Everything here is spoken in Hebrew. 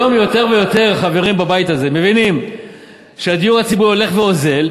היום יותר ויותר חברים בבית הזה מבינים שהדיור הציבורי הולך ואוזל,